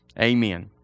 Amen